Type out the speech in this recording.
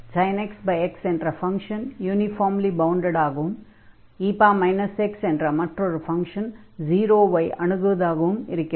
sin x x என்ற function uniformly bounded ஆகவும் g e x என்ற மற்றொரு ஃபங்ஷன் 0 ஐ அணுகுவதாகவும் இருக்கிறது